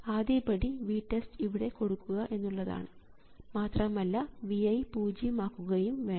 ആദ്യപടി VTEST ഇവിടെ കൊടുക്കുക എന്നുള്ളതാണ് മാത്രമല്ല Vi പൂജ്യം ആക്കുകയും വേണം